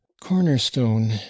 cornerstone